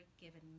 given